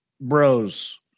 bros